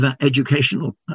educational